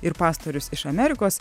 ir pastorius iš amerikos